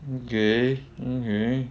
okay okay